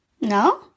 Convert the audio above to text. No